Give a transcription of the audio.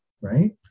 right